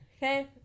Okay